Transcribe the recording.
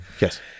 Yes